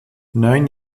neun